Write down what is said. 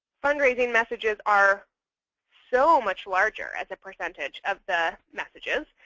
fundraising messages are so much larger as a percentage of the messages.